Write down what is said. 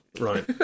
Right